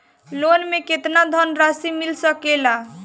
Loan मे केतना धनराशी मिल सकेला?